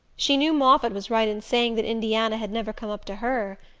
she knew moffatt was right in saying that indiana had never come up to her.